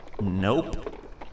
Nope